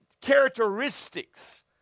characteristics